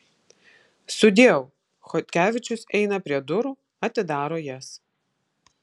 sudieu chodkevičius eina prie durų atidaro jas